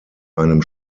einem